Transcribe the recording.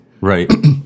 Right